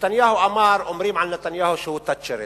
נתניהו אמר, אומרים על נתניהו שהוא תאצ'ריסט.